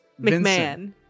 McMahon